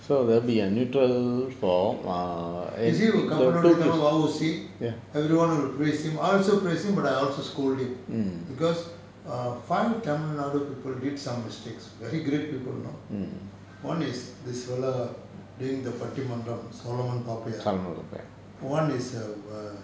you see Kappalottiya Thamizhan V O சி:kappalottiya thamilan va u si everyone wants to praise him I also praise him but I also scold him because err five tamilnadu people did some mistakes very great people know one is this fellow doing the pattimandram soloman pappaiah one is err